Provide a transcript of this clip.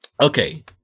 Okay